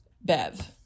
Bev